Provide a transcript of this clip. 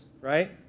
right